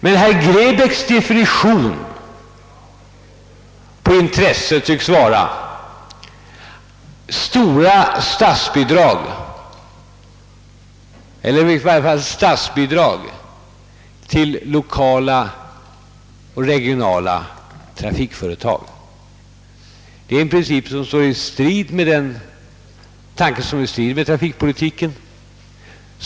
tycks vara beviljandet av stora statsbidrag eller i varje fall statsbidrag till lokala och regionala trafikföretag. Det är en princip som står i strid mot grundtanken för trafikpolitiken.